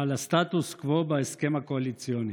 על הסטטוס קוו בהסכם הקואליציוני.